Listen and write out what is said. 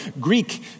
Greek